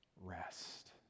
rest